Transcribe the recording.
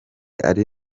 ari